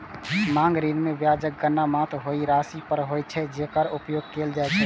मांग ऋण मे ब्याजक गणना मात्र ओइ राशि पर होइ छै, जेकर उपयोग कैल जाइ छै